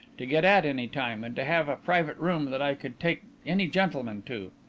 to get at any time, and to have a private room that i could take any gentlemen to.